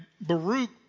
Baruch